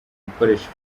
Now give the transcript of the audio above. gukoresha